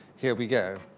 here we go.